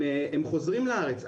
הם חוזרים לארץ.